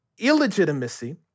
illegitimacy